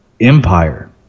empire